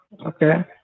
okay